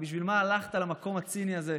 בשביל מה הלכת למקום הציני הזה?